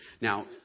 Now